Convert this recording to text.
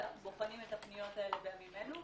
ואנחנו בוחנים את הפניות האלה בימים אלה.